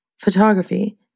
photography